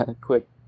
Quick